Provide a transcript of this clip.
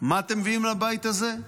מה אתם מביאים לבית הזה?